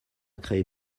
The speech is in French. créé